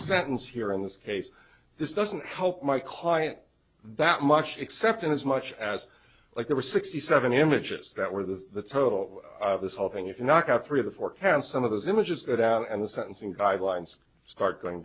sentence here in this case this doesn't help my current that much except in as much as like there were sixty seven images that were the total of this whole thing if you knock out three of the four counts some of those images that out and the sentencing guidelines start going